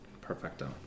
Perfecto